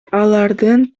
алардын